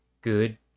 good